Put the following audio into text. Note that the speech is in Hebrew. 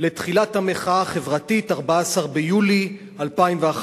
לתחילת המחאה החברתית, 14 ביולי 2011,